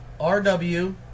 RW